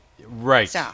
Right